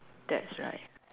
that's right